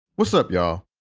what's up, yo?